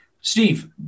Steve